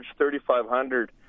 3500